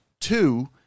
two